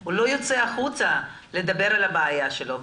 הוא לא יוצא החוצה לדבר על הבעיה שלו,